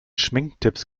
schminktipps